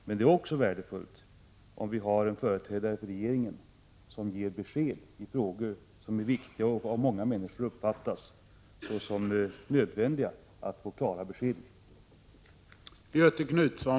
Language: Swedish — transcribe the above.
Men det är också värdefullt att som utrikesminister ha en företrädare för regeringen som ger besked i viktiga frågor, sådana som många människor uppfattar som nödvändigt att få klara besked om.